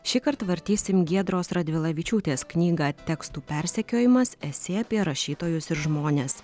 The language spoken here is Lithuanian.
šįkart vartysim giedros radvilavičiūtės knygą tekstų persekiojimas esė apie rašytojus ir žmones